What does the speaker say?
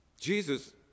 Jesus